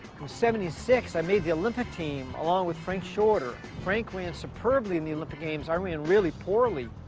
seventy six, i made the olympic team along with frank shorter. frank ran superbly in the olympic games. i ran really poorly.